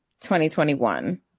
2021